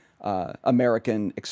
American